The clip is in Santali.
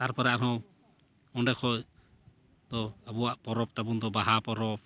ᱛᱟᱨᱯᱚᱨᱮ ᱟᱨᱦᱚᱸ ᱚᱸᱰᱮ ᱠᱷᱚᱱ ᱫᱚ ᱟᱵᱚᱣᱟᱜ ᱯᱚᱨᱚᱵᱽ ᱛᱟᱵᱚᱱ ᱫᱚ ᱵᱟᱦᱟ ᱯᱚᱨᱚᱵᱽ